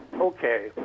okay